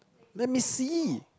let me see